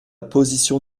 position